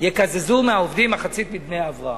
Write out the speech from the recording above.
יקזזו מהעובדים מחצית מדמי ההבראה.